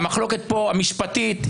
והמחלוקת המשפטית פה,